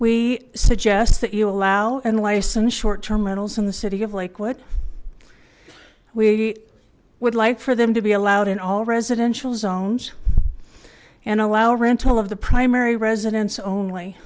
we suggest that you allow and license short term rentals in the city of lakewood we would like for them to be allowed in all residential zones and allow rental of the primary residence only